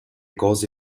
cose